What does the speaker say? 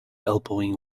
elbowing